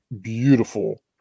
beautiful